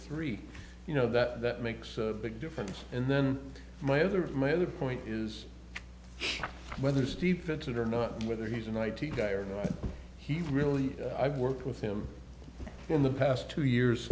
three you know that makes a big difference and then my other my other point is whether steve fits it or not whether he's an i t guy or not he's really i've worked with him in the past two years